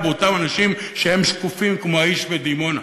באותם אנשים שהם שקופים כמו האיש מדימונה,